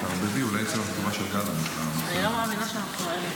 אני מתכבדת להשיב בשם שר החינוך להצעה רגילה